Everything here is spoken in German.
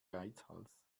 geizhals